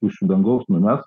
iš dangaus numes